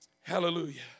Hallelujah